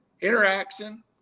interaction